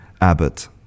Abbott